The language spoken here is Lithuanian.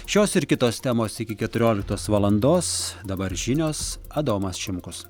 šios ir kitos temos iki keturioliktos valandos dabar žinios adomas šimkus